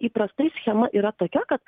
įprastai schema yra tokia kad